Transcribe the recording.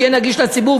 שיהיו נגישים לציבור,